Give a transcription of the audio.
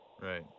Right